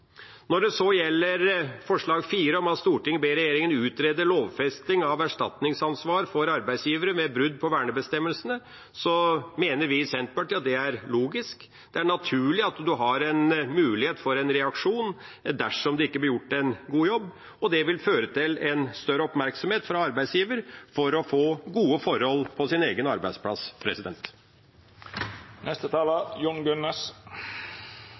Når det så gjelder forslag nr. 4, om at Stortinget ber regjeringa utrede lovfesting av erstatningsansvar for arbeidsgivere ved brudd på vernebestemmelsene, mener vi i Senterpartiet at det er logisk. Det er naturlig at man har mulighet for en reaksjon dersom det ikke blir gjort en god jobb, og det vil føre til større oppmerksomhet fra arbeidsgiver for å få gode forhold på egen arbeidsplass.